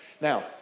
Now